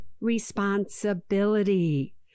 responsibility